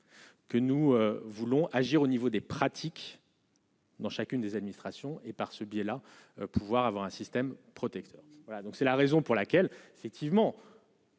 Que nous voulons agir au niveau des pratiques. Dans chacune des administrations et par ce biais-là pouvoir avoir un système protecteur voilà donc c'est la raison pour laquelle effectivement.